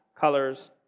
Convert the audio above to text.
colors